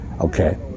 Okay